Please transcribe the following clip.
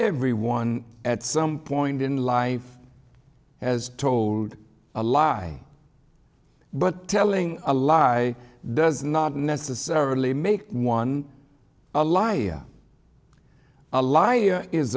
everyone at some point in life as told a lie but telling a lie does not necessarily make one a liar a liar is